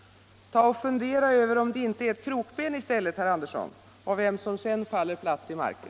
Ta och fundera över om de inte är ett krokben i stället, herr Andersson, och över vem som sedan faller platt till marken.